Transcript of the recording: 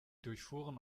durchfuhren